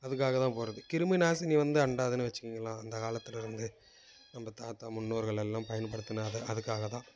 அதுக்காக தான் போடுறது கிருமி நாசினி வந்து அண்டாதுன்னு வச்சுக்கங்களே அந்த காலத்துல இருந்து நம்ப தாத்தா முன்னோர்களெல்லாம் பயன்படுத்தின அது அதுக்காகத்தான்